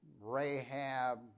Rahab